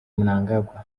mnangagwa